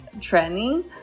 training